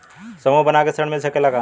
समूह बना के ऋण मिल सकेला का?